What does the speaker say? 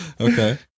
Okay